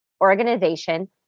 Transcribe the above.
organization